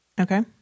Okay